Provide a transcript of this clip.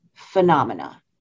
phenomena